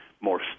more